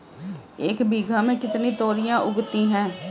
एक बीघा में कितनी तोरियां उगती हैं?